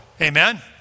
amen